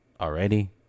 already